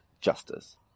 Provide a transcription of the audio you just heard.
Justice